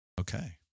Okay